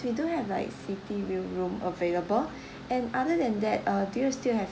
we do have like city view room available and other than that uh do you still have